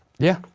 yeah,